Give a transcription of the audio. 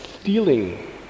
stealing